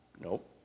nope